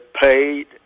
paid